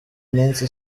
minsi